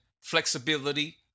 flexibility